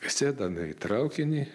sėdome į traukinį